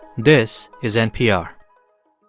this is npr